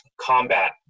combat